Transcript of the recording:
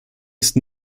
ist